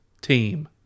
team